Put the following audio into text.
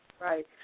Right